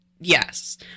Yes